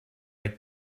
like